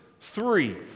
Three